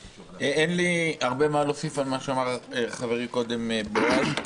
אין לי הרבה מה להוסיף על מה שאמר חברי בועז קודם.